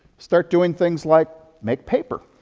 start doing things like make paper.